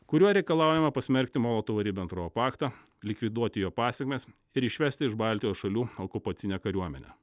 kuriuo reikalaujama pasmerkti molotovo ribentropo paktą likviduoti jo pasekmes ir išvesti iš baltijos šalių okupacinę kariuomenę